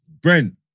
Brent